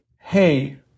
Hey